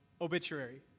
obituary